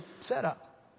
setup